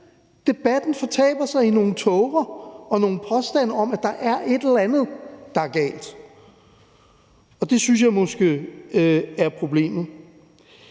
Debatten fortaber sig i nogle tåger og nogle påstande om, at der er et eller andet, der er galt, og det synes jeg måske er problemet.